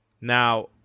Now